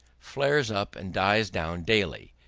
flares up and dies down daily,